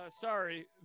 sorry